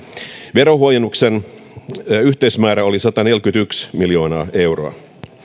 verohuojennuksen yhteismäärä oli sataneljäkymmentäyksi miljoonaa euroa